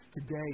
today